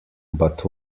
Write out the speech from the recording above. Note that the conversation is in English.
but